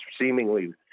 seemingly